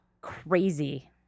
Crazy